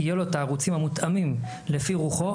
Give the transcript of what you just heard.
יהיה לו את הערוצים המותאמים לפי רוחו,